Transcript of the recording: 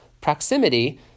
proximity